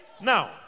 Now